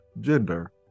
gender